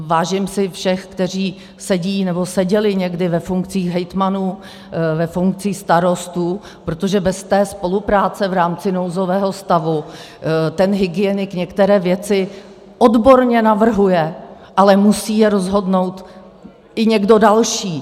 Vážím si všech, kteří sedí nebo seděli někdy ve funkcích hejtmanů, ve funkcích starostů, protože bez té spolupráce v rámci nouzového stavu ten hygienik některé věci odborně navrhuje, ale musí je rozhodnout i někdo další.